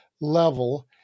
level